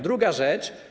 Druga rzecz.